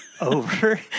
over